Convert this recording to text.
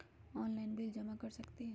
Online bill जमा कर सकती ह?